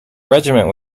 regiment